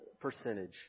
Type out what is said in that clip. percentage